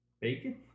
Bacon